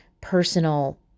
personal